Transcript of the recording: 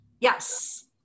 yes